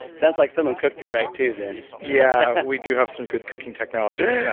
sounds like someone cooked it right too, then yeah. we do have some good cooking technologies. yeah